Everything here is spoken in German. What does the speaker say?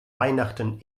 weihnachten